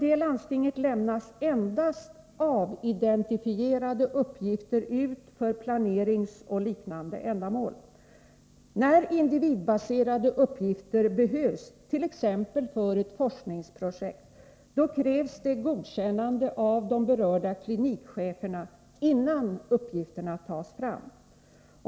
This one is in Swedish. Endast oidentifierbara uppgifter lämnas ut för planeringsändamal och liknande. När individbaserade uppgifter behövs, t.ex. för ett forskningsprojekt, krävs godkännande av de berörda klinikcheferna innan uppgifterna tas fram.